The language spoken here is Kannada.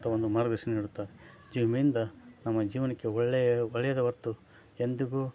ಅಂಥ ಒಂದು ಮಾರ್ಗದರ್ಶನ ನೀಡುತ್ತಾ ಜೀವ ವಿಮೆಯಿಂದ ನಮ್ಮ ಜೀವನಕ್ಕೆ ಒಳ್ಳೆಯ ಒಳ್ಳೆಯದೇ ಹೊರತು ಎಂದಿಗೂ